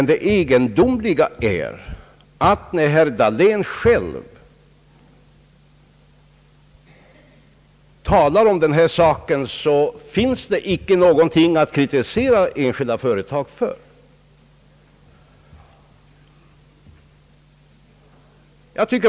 Det egendomliga är, att när herr Dahlén själv berör detta ämne så har han ingen kritik att framföra mot de enskilda företagarna.